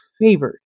favored